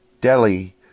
Delhi